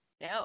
No